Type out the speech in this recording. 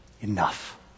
enough